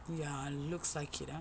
ya looks like it ah